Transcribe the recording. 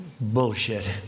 bullshit